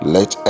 Let